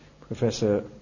Professor